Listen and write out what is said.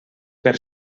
per